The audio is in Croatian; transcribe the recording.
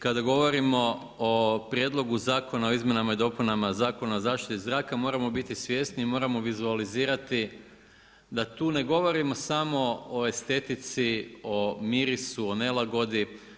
Kada govorimo o prijedlogu Zakona o izmjenama i dopunama Zakona o zaštiti zraka moramo biti svjesni i moramo vizualizirati da tu ne govorimo samo o estetici, o mirisu, o nelagodi.